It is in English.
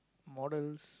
models